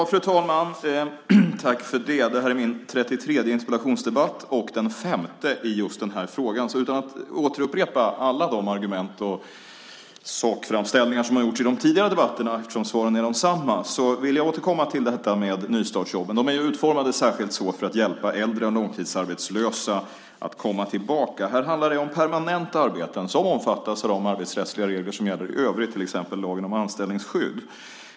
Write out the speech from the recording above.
Fru talman! Det här är min 33:e interpellationsdebatt och den femte i just den här frågan, så utan att återupprepa alla de argument och sakframställningar som har gjorts i de tidigare debatterna, eftersom svaren är desamma, vill jag återkomma till detta med nystartsjobben. De är utformade särskilt för att hjälpa äldre och långtidsarbetslösa att komma tillbaka. Här handlar det om permanenta arbeten, som omfattas av de arbetsrättsliga regler som gäller i övrigt, till exempel lagen om anställningsskydd.